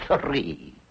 three